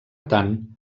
tant